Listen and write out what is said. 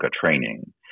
training